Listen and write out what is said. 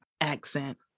accent